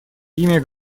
имя